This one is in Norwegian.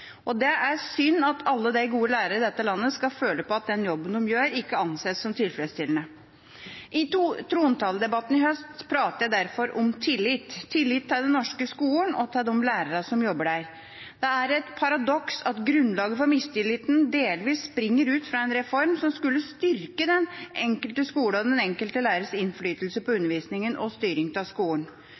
nok. Det er synd at alle de gode lærerne i dette landet skal føle på at den jobben de gjør, ikke anses som tilfredsstillende. I trontaledebatten i høst snakket jeg derfor om tillit – tillit til den norske skolen og til de lærerne som jobber der. Det er et paradoks at grunnlaget for mistilliten delvis springer ut fra en reform som skulle styrke den enkelte skole og den enkelte lærers innflytelse på undervisningen og styring av skolen.